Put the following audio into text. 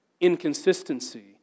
inconsistency